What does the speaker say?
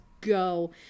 go